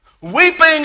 Weeping